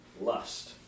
lust